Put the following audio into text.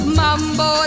mambo